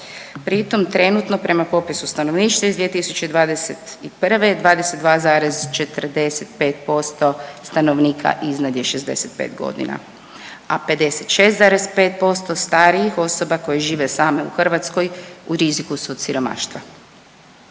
Pritom, trenutno prema popisu stanovništva iz 2021. 22,45% stanovnika iznad je 65 godina, a 56,5% starijih osoba koji žive same u Hrvatskoj u riziku su od siromaštva.